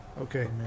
okay